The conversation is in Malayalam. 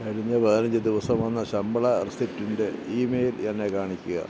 കഴിഞ്ഞ പതിനഞ്ച് ദിവസം വന്ന ശമ്പള റെസീപ്റ്റിൻ്റെ ഇമെയിൽ എന്നെ കാണിക്കുക